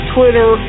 Twitter